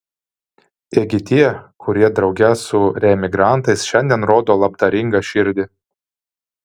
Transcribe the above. ėgi tie kurie drauge su reemigrantais šiandien rodo labdaringą širdį